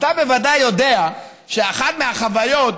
אתה בוודאי יודע שאחת מהחוויות,